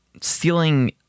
stealing